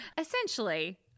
essentially